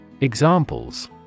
Examples